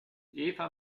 eva